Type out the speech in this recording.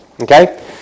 okay